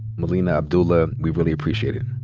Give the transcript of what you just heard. melina abdullah. we really appreciate it.